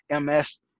MS